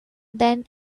than